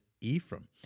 Ephraim